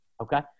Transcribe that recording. Okay